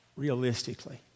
Realistically